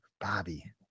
Bobby